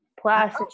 Plus